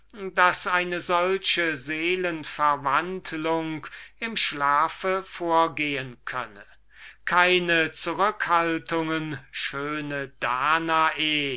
daß eine solche seelenwandlung im schlafe vorgehen könne keine zurückhaltungen schöne danae